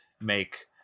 make